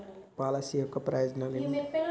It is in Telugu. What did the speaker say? పాలసీ యొక్క ప్రయోజనాలు ఏమిటి?